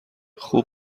خوب